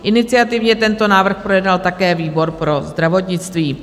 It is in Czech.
Iniciativně tento návrh projednal také výbor pro zdravotnictví.